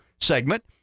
segment